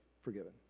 forgiven